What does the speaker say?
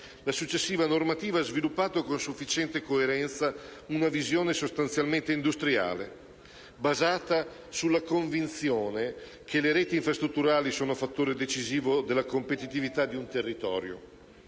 la successiva normativa ha sviluppato con sufficiente coerenza una visione sostanzialmente industriale, basata sulla convinzione che le reti infrastrutturali sono fattore decisivo della competitività di un territorio.